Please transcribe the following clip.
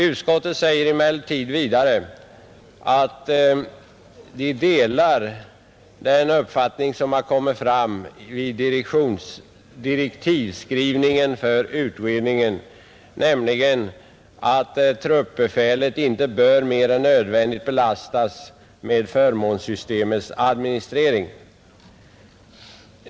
Utskottet anför emellertid vidare att dess ledamöter delar den uppfattning som kommit fram vid direktivskrivningen för utredningen, nämligen ”att truppbefälet inte bör mer än nödvändigt belastas med förmånssystemets administrering”.